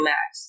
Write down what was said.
Max